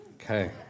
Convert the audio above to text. Okay